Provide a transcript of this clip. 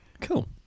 Cool